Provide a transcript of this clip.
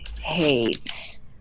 hates